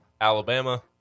Alabama